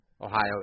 Ohio